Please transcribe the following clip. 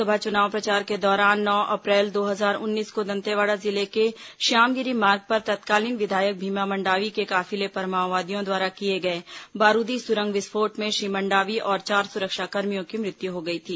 लोकसभा चुनाव प्रचार के दौरान नौ अप्रैल दो हजार उन्नीस को दंतेवाड़ा जिले के श्यामगिरी मार्ग पर तत्कालीन विधायक भीमा मंडावी के काफिले पर माओवादियों द्वारा किए गए बारूदी सुरंग विस्फोट में श्री मंडावी और चार सुरक्षाकर्मियों की मृत्यु हो गई थी